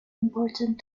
important